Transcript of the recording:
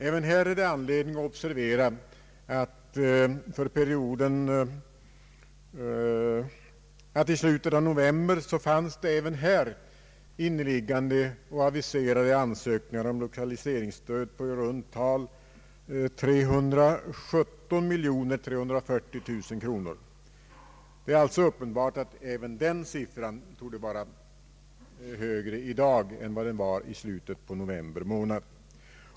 Även här finns det anledning att observera att i slutet av november fanns inneligsande och aviserade ansökningar på i runt tal 317 340 000 kronor. Det är uppenbart att även den summan torde vara högre i dag än den var i slutet av november.